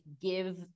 give